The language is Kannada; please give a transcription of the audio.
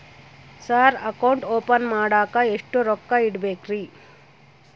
ಸರ್ ಅಕೌಂಟ್ ಓಪನ್ ಮಾಡಾಕ ಎಷ್ಟು ರೊಕ್ಕ ಇಡಬೇಕ್ರಿ?